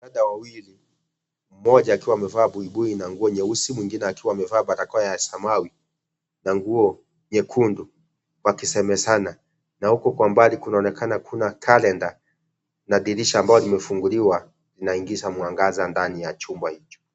Dada wawili mmoja akiwa amevaa buibui na nguo nyeusi mwingine akiwa amevaa barakoa ya samawi na nguo nyekundu wakisemezana. Na huko kwa mbali kunaonekana kuna kalenda na dirisha ambalo limefunguliwa linaingiza mwangaza nadni ya chumba hicho.